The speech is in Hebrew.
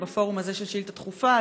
ובמתכונת הזאת של שאילתה דחופה.